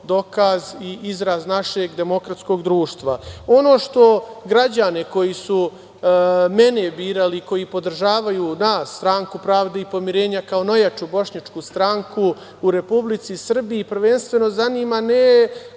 dokaz i izraz našeg demokratskog društva. Ono što građane koji su mene birali, koji podržavaju nas SPP kao najjaču bošnjačku stranku u Republici Srbiji, prvenstveno zanima, ne